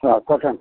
हाँ कॉटन